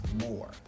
more